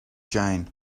jane